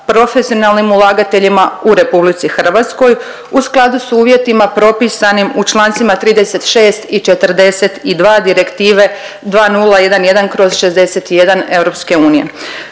profesionalnim ulagateljima u RH u skladu s uvjetima propisanim u Člancima 36. i 42. Direktive 2011/61 EU.